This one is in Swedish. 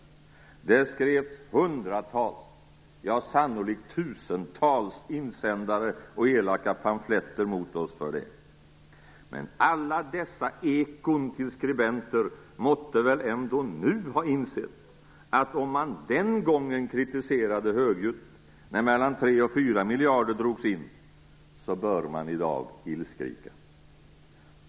Det skrevs hundratals - ja, sannolikt tusentals - insändare och elaka pamfletter mot oss för det, men alla dessa ekon till skribenter måtte väl ändå nu ha insett att man bör illskrika i dag om man kritiserade högljutt den gången, när mellan 3 och 4 miljarder drogs in.